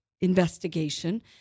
investigation